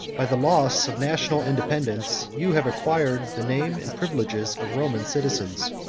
by the loss of national independence, you have acquired the name and privileges of roman citizens.